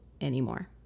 anymore